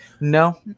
No